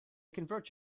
converge